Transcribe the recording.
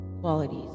qualities